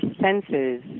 senses